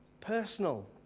Personal